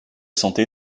santé